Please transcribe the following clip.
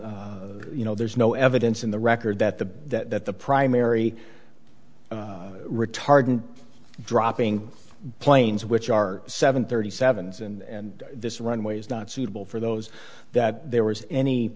no you know there's no evidence in the record that the that the primary retardant dropping planes which are seven thirty seven's and this runway is not suitable for those that there was any